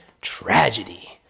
tragedy